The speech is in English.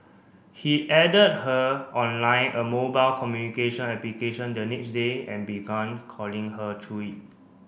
he added her on Line a mobile communication application the next day and began calling her through it